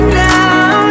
now